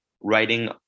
writing